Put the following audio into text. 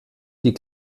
die